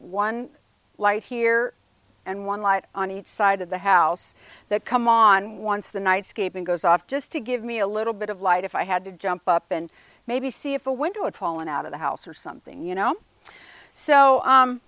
one light here and one light on each side of the house that come on once the night scaping goes off just to give me a little bit of light if i had to jump up and maybe see if a window of fallen out of the house or something you know so